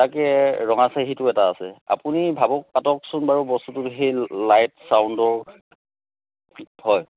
তাকে ৰঙাচাহীতো এটা আছে আপুনি ভাবক পাতকচোন বাৰু বস্তুটো সেই লাইট ছাউণ্ডৰ হয়